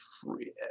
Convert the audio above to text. free